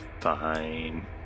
fine